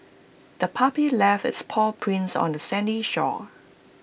the puppy left its paw prints on the sandy shore